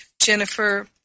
Jennifer